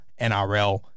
NRL